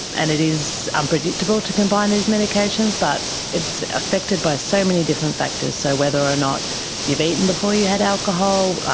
and it is unpredictable to combine these medications, but it's affected by so many different factors, so whether or not you've eaten before you had alcohol,